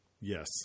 yes